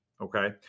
okay